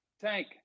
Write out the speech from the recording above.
Tank